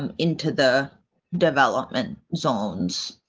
and into the development zones.